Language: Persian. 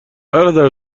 برادر